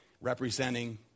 representing